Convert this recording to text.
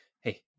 hey